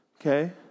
Okay